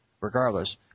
Regardless